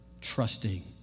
trusting